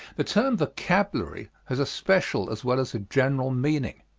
the term vocabulary has a special as well as a general meaning.